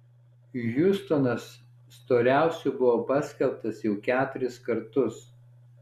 hjustonas storiausiu buvo paskelbtas jau keturis kartus